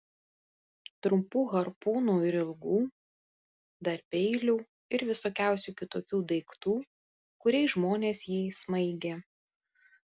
trumpų harpūnų ir ilgų dar peilių ir visokiausių kitokių daiktų kuriais žmonės jį smaigė